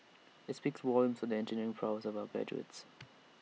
IT speaks volumes for the engineering prowess of our graduates